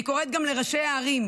אני קוראת גם לראשי הערים,